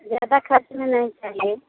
ज़्यादा ख़र्च में नहीं चाहिए